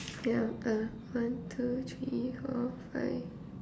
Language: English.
ya I've one two three four five